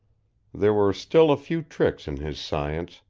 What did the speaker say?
there were still a few tricks in his science,